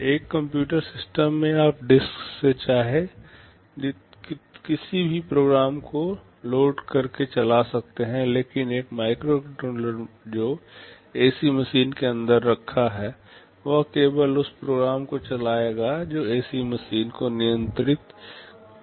एक computer system में आप डिस्क से चाहें किसी भी प्रोग्राम को लोड कर के चला सकते हैं लेकिन एक माइक्रोकंट्रोलर जो ए सी मशीन के अंदर रखा है वह केवल उस प्रोग्राम को चलाएगा जो ए सी मशीन को नियंत्रित करने के लिए है